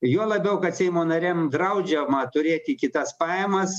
juo labiau kad seimo nariam draudžiama turėti kitas pajamas